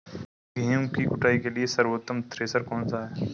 गेहूँ की कुटाई के लिए सर्वोत्तम थ्रेसर कौनसा है?